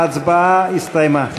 ההצבעה הסתיימה.